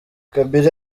kabila